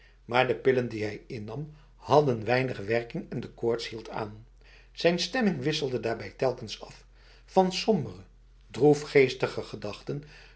maar de pillen die hij innam hadden weinig werking en de koorts hield aan zijn stemming wisselde daarbij telkens af van sombere droefgeestige gedachten